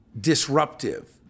disruptive